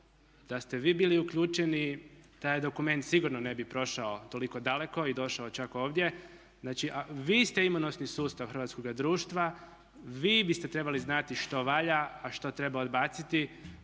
da ste vi bili uključeni taj dokument sigurno ne bi prošao toliko daleko i došao čak ovdje. Znači vi ste imunosni sustav hrvatskoga društva, vi biste trebali znati što valja a što treba odbaciti.